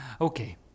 Okay